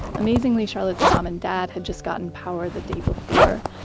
amazingly, charlot's mom and dad had just gotten power the day before,